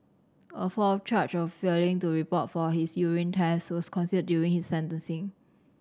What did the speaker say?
a fourth charge of failing to report for his urine test was considered during his sentencing